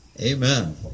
amen